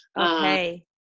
Okay